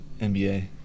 NBA